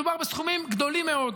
מדובר בסכומים גדולים מאוד.